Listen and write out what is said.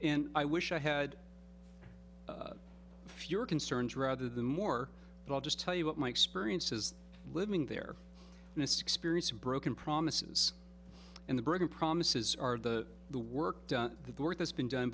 and i wish i had fewer concerns rather than more but i'll just tell you what my experience is living their experience of broken promises and the broken promises are the the work done the work has been done